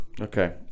Okay